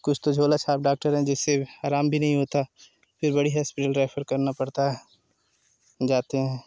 कुछ तो झोला छाप डॉक्टर हैं जिससे आराम भी नहीं होता फिर बड़ी हस्पिटल रेफर करना पड़ता है जाते हैं